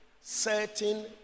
certain